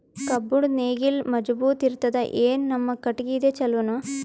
ಕಬ್ಬುಣದ್ ನೇಗಿಲ್ ಮಜಬೂತ ಇರತದಾ, ಏನ ನಮ್ಮ ಕಟಗಿದೇ ಚಲೋನಾ?